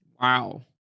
Wow